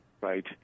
right